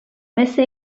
مثل